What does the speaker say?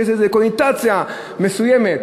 שיש לזה קונוטציה מסוימת